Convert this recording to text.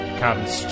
comes